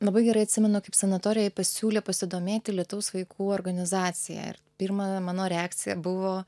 labai gerai atsimenu kaip sanatorijoj pasiūlė pasidomėti lietaus vaikų organizacija ir pirma mano reakcija buvo